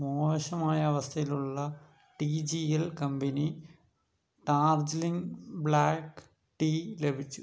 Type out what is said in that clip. മോശമായ അവസ്ഥയിലുള്ള T G L company Darjeeling black tea ലഭിച്ചു